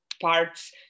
parts